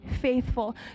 faithful